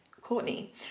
courtney